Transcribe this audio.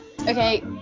okay